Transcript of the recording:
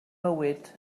mywyd